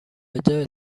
بجای